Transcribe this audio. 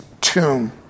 tomb